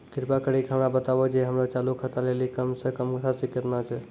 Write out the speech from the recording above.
कृपा करि के हमरा बताबो जे हमरो चालू खाता लेली कम से कम राशि केतना छै?